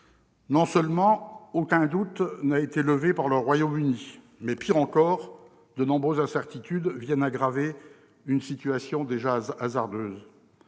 sur le Brexit. Aucun doute n'a été levé par le Royaume-Uni ; pis encore, de nombreuses incertitudes viennent aggraver une situation déjà hasardeuse.